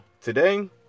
today